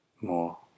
more